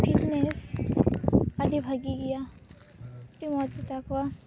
fitness ᱟᱹᱰᱤ ᱵᱷᱟᱹᱜᱤ ᱜᱮᱭᱟ ᱟᱹᱰᱤ ᱢᱚᱡᱽ ᱜᱮᱛᱟ ᱠᱚᱣᱟ